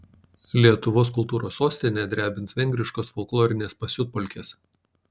lietuvos kultūros sostinę drebins vengriškos folklorinės pasiutpolkės